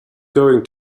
going